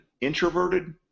introverted